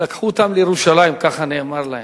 לקחו אותם לירושלים, כך נאמר להם.